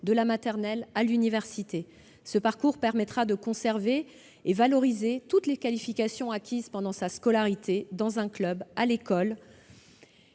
de la maternelle à l'université, qui permettra de conserver et de valoriser toutes les qualifications acquises pendant sa scolarité dans un club ou à l'école,